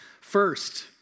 First